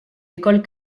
écoles